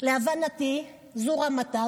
להבנתי זו רמתה,